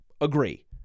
Agree